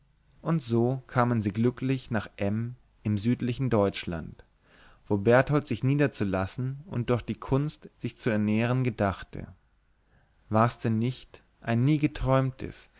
und so kamen sie glücklich nach m im südlichen deutschland wo berthold sich niederzulassen und durch die kunst sich zu ernähren gedachte war's denn nicht ein nie geträumtes